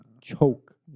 choke